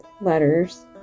letters